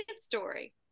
story